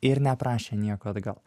ir neprašė nieko atgal